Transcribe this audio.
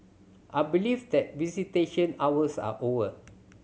I believe that visitation hours are over